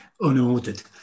unordered